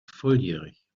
volljährig